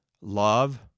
love